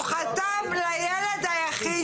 הוא חתם לילד היחיד שלו.